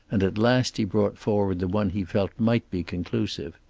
and at last he brought forward the one he felt might be conclusive.